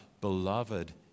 beloved